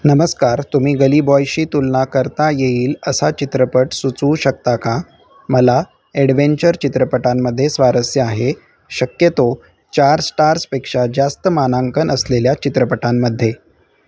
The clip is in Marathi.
नमस्कार तुम्ही गली बॉयशी तुलना करता येईल असा चित्रपट सुचवू शकता का मला ॲडव्हेंचर चित्रपटांमध्ये स्वारस्य आहे शक्यतो चार स्टार्सपेक्षा जास्त मानांकन असलेल्या चित्रपटांमध्ये